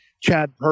Chad